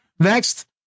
Next